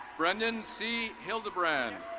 brennan c. hildebrand.